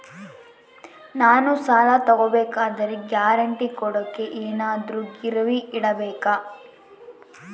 ನಾನು ಸಾಲ ತಗೋಬೇಕಾದರೆ ಗ್ಯಾರಂಟಿ ಕೊಡೋಕೆ ಏನಾದ್ರೂ ಗಿರಿವಿ ಇಡಬೇಕಾ?